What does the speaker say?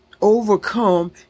overcome